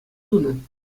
тунӑ